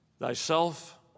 Thyself